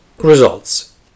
Results